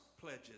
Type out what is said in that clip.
pledges